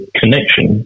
connection